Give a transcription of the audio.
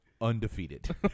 undefeated